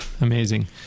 Amazing